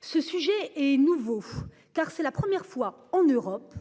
Ce sujet est nouveau car c'est la première fois en Europe